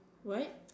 what